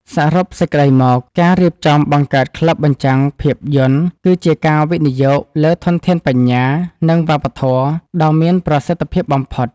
សរុបសេចក្ដីមក ការរៀបចំបង្កើតក្លឹបបញ្ចាំងភាពយន្ត គឺជាការវិនិយោគលើ ធនធានបញ្ញា និងវប្បធម៌ ដ៏មានប្រសិទ្ធភាពបំផុត។